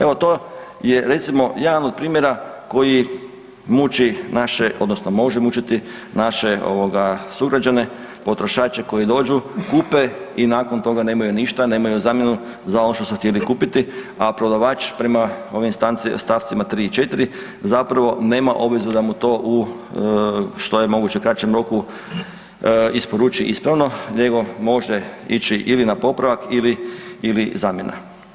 Evo to je recimo jedan od primjera koji muči naše odnosno može mučiti naše ovoga sugrađane, potrošače koji dođu, kupe i nakon toga nemaju ništa, nemaju zamjenu za ono što su htjeli kupiti, a prodavač prema ovim st. 3. i 4. zapravo nema obvezu da mu to u što je moguće kraćem roku isporuči ispravno nego može ići ili na popravak ili, ili zamjena.